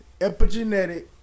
Epigenetic